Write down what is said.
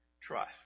trust